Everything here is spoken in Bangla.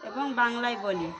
এবং বাংলায় বলি